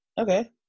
Okay